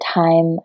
time